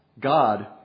God